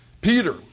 Peter